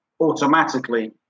automatically